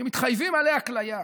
מתחייבים עליה כליה.